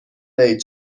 دهید